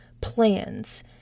plans